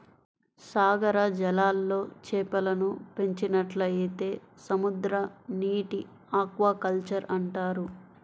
సాగర జలాల్లో చేపలను పెంచినట్లయితే సముద్రనీటి ఆక్వాకల్చర్ అంటారు